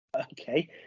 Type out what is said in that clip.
Okay